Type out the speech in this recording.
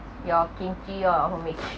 your kimchi or who make it